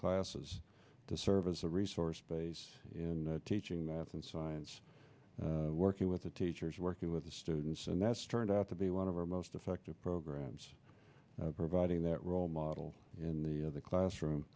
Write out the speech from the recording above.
classes to serve as a resource base in teaching math and science working with the teachers working with the students and that's turned out to be one of our most effective programs providing that role model in the classroom